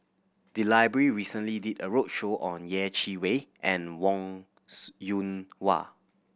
the library recently did a roadshow on Yeh Chi Wei and Wong Yoon Wah